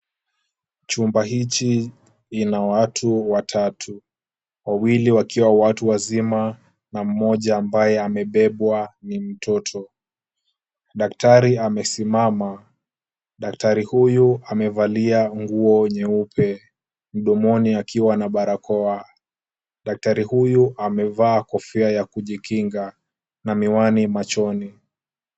Chumba hichi ina watu watatu, wawili wakiwa watu wazima na mmoja ambaye amebebwa ni mtoto. Daktari amesimama. Daktari huyu amevalia nguo nyeupe, mdomoni akiwa na barakoa. Daktari huyu amevaa kofia ya kujikinga na miwani machoni.